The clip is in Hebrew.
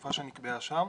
התקופה שנקבעה שם,